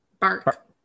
bark